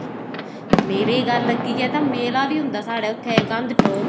मेले गल्ल लग्गी जाए तां मेला बी होंदे साढ़ै उत्थें गंदटो